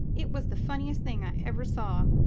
it was the funniest thing i ever saw.